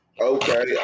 Okay